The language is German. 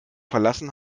verlassen